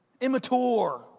immature